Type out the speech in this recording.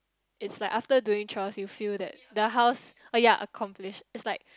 it's like after doing chores you feel that the house oh ya accomplished it's like